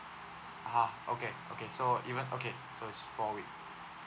ah okay okay so even okay so it's four weeks